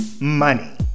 money